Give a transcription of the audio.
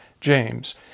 James